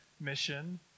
mission